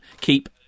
keep